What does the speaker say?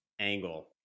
angle